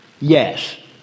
Yes